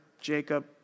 Jacob